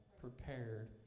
prepared